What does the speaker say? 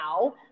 now